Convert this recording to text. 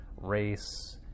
race